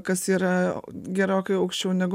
kas yra gerokai aukščiau negu